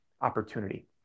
opportunity